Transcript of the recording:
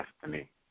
destiny